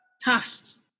tasks